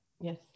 Yes